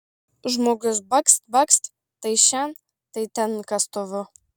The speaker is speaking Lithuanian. žmogus bakst bakst tai šen tai ten kastuvu